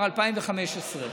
2015,